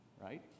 right